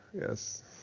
yes